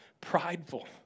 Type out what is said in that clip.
prideful